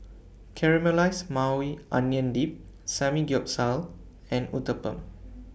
Caramelized Maui Onion Dip Samgyeopsal and Uthapam